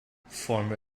former